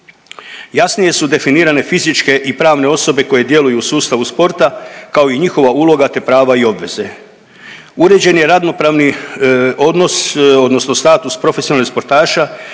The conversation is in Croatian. Jasnije su definirane fizičke i pravne osobe koje djeluju u sustavu sporta kao i njihova uloga te prava i obveze. Uređen je radnopravni odnos odnosno status profesionalnih sportaša